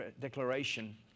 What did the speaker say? declaration